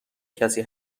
کسی